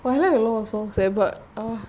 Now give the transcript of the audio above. !wah! I like a lot of songs leh but ugh